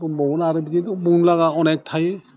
मा बुंबावनो आरो बिदिखौ बुंला अनेक थायो